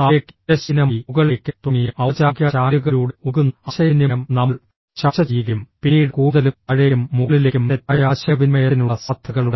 താഴേക്ക് തിരശ്ചീനമായി മുകളിലേക്ക് തുടങ്ങിയ ഔപചാരിക ചാനലുകളിലൂടെ ഒഴുകുന്ന ആശയവിനിമയം നമ്മൾ ചർച്ച ചെയ്യുകയും പിന്നീട് കൂടുതലും താഴേക്കും മുകളിലേക്കും തെറ്റായ ആശയവിനിമയത്തിനുള്ള സാധ്യതകളുണ്ട്